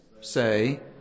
Say